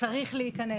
צריך להיכנס.